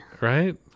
Right